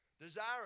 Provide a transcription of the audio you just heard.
desiring